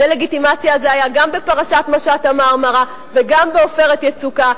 הדה-לגיטימציה הזאת היתה גם בפרשת משט ה"מרמרה" וגם ב"עופרת יצוקה".